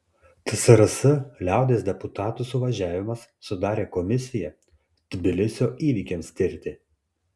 tsrs liaudies deputatų suvažiavimas sudarė komisiją tbilisio įvykiams tirti